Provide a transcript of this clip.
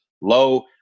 low